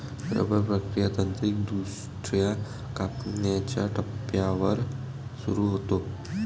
rubber प्रक्रिया तांत्रिकदृष्ट्या कापणीच्या टप्प्यावर सुरू होते